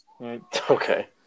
Okay